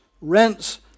rents